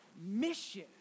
mission